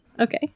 Okay